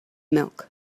milk